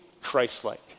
Christ-like